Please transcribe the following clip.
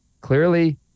clearly